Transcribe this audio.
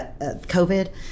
COVID